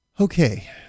Okay